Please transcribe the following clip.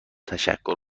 تشکر